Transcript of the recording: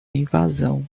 invasão